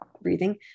breathing